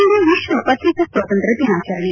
ಇಂದು ವಿಶ್ವ ಪತ್ರಿಕಾ ಸ್ವಾತಂತ್ರ್ಯ ದಿನಾಚರಣೆ